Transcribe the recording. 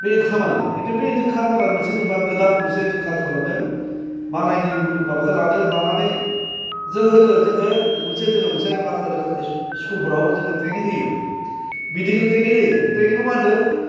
बे ओंखामानो बेथ खिनथु बे ओंखाम गारनानै जों मा मोनसे गोदान जों काल्सार लादों मालायनि उ माबाखौ लादों लानानै जों होनो जोंखौ मोनसे जों मोनसे स्कुलफोराव जोंखौ ट्रेनिं होयो मेडिकेल ट्रेनिं होयो ट्रेनिंखौ मा होनदों